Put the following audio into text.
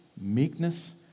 meekness